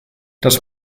das